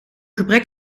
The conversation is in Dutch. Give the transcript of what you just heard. gebrek